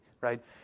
right